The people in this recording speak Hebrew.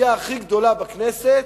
הסיעה הכי גדולה בכנסת,